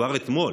כבר אתמול.